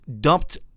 dumped